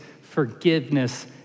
forgiveness